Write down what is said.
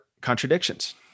contradictions